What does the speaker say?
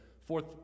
fourth